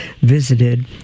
visited